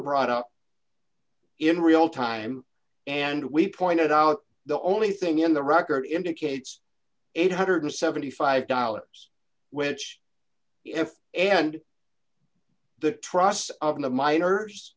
brought up in real time and we pointed out the only thing in the record indicates eight hundred and seventy five dollars which if and the trusts of the miners